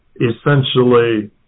essentially